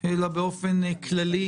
אלא באופן כללי